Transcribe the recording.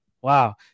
Wow